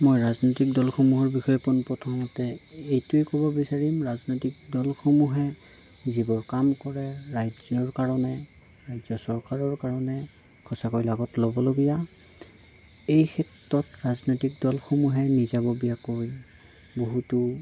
মই ৰাজনৈতিক দলসমূহৰ বিষয়ে পোনপ্ৰথমতে এইটোৱেই ক'ব বিচাৰিম ৰাজনৈতিক দলসমূহে যিবোৰ কাম কৰে ৰাজ্যৰ কাৰণে ৰাজ্য চৰকাৰৰ কাৰণে সঁচাকৈ লগত ল'বলগীয়া এইক্ষেত্ৰত ৰাজনৈতিক দলসমূহে নিজাববীয়াকৈ বহুতো